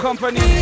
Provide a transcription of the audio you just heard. Company